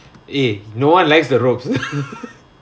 eh no one likes the ropes